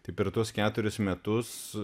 tai per tuos keturis metus